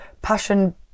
passion